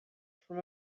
from